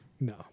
No